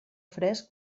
fresc